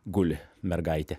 guli mergaitė